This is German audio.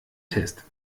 test